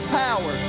power